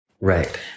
right